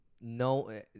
No